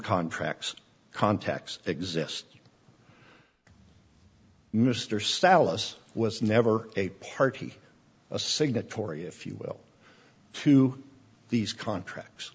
contracts contacts exist mr sallis was never a party a signatory if you will to these contracts